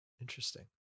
Interesting